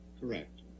Correct